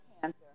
cancer